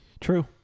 True